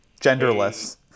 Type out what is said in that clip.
Genderless